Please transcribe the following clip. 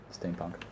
Steampunk